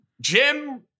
Jim